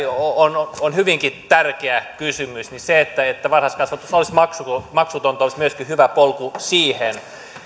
on on hyvinkin tärkeä kysymys se että että varhaiskasvatus olisi maksutonta olisi myöskin hyvä polku siihen